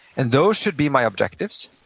and those should be my objectives,